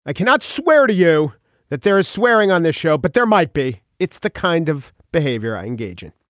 i cannot swear to you that there is swearing on this show, but there might be. it's the kind of behavior i engage in